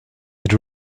had